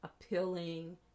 appealing